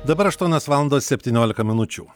dabar aštuonios valandos septyniolika minučių